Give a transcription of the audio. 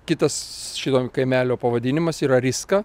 kitas šito kaimelio pavadinimas yra riska